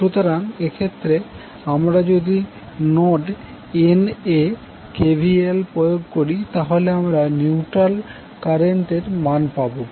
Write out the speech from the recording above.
সুতরাং এক্ষেত্রে আমরা যদি নোড N এ KVL প্রয়োগ করি তাহলে আমরা নিউট্রাল কারেন্টের মান পাবো